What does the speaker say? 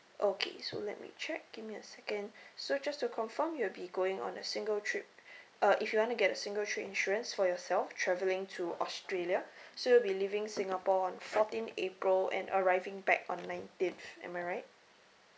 okay so let me check give me a second so just to confirm you'll be going on a single trip uh if you wanna get a single trip insurance for yourself travelling to australia so you'll be leaving singapore on fourteenth april and arriving back on nineteenth am I right